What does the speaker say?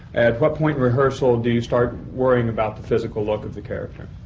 at what point in rehearsal do you start worrying about the physical, look of the character? ah.